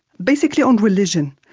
basically on religion.